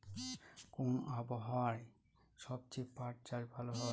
কোন আবহাওয়ায় সবচেয়ে পাট চাষ ভালো হয়?